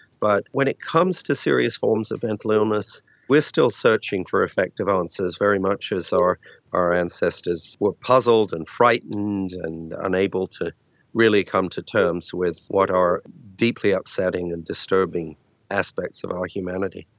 but when it comes to serious forms of mental illness still searching for effective answers, very much as our our ancestors were puzzled and frightened and unable to really come to terms with what are deeply upsetting and disturbing aspects of our humanity.